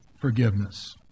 forgiveness